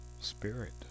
spirit